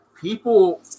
people